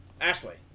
Ashley